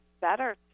better